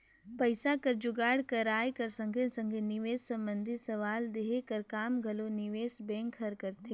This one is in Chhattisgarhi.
पइसा कर जुगाड़ कराए कर संघे संघे निवेस संबंधी सलाव देहे कर काम घलो निवेस बेंक हर करथे